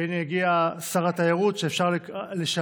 והינה הגיע שר התיירות לשעבר,